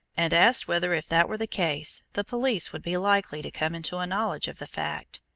and asked whether if that were the case, the police would be likely to come into a knowledge of the fact.